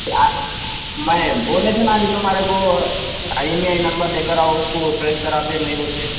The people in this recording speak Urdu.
کیا میں بولے تھے نہ جی تمہارے کو آئی ایم ای آئی نمبر لے کر آؤ اس کو ٹریس کراتے میں بول کے